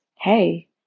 Hey